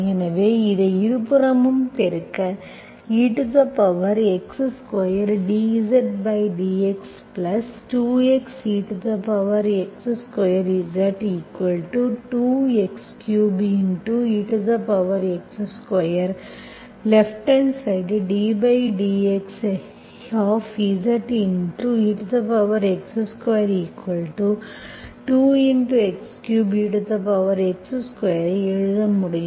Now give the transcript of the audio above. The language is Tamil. எனவே இதை இருபுறமும் பெருக்க ex2dZdx 2x ex2Z2 x3ex2 left hand side ddxZ ex22 x3ex2 ஐ எழுத முடியும்